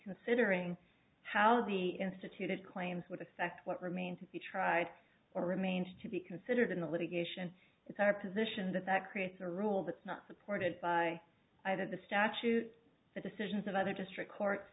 considering how the institute it claims with effect what remains to be tried or remains to be considered in the litigation it's our position that that creates a rule that's not supported by either the statute the decisions of other district courts